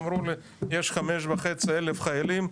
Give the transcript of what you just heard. אמרו לי יש 5,500 חיילים,